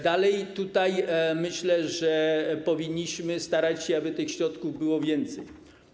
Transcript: Dalej: myślę, że powinniśmy starać się, aby tych środków było więcej.